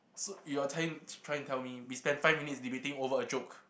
so you are telling try trying to tell me we spent five minutes debating over a joke